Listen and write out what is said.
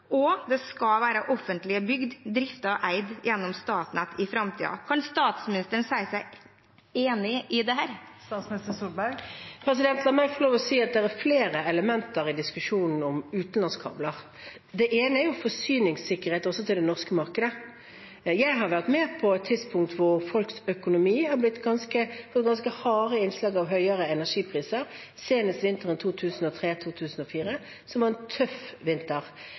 skal være offentlig bygd, driftet og eid gjennom Statnett i framtiden. Kan statsministeren si seg enig i dette? La meg få lov å si at det er flere elementer i diskusjonen om utenlandskabler. Det ene er forsyningssikkerhet også til det norske markedet. Jeg har vært med på et tidspunkt hvor folks økonomi har fått ganske harde innslag av høyere energipriser, senest vinteren 2003–2004, som var en tøff vinter.